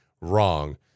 wrong